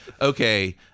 Okay